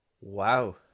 Wow